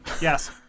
Yes